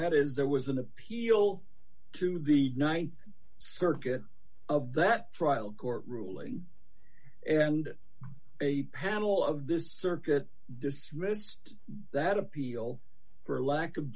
that is there was an appeal to the th circuit of that trial court ruling and a panel of this circuit dismissed that appeal for lack of